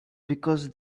because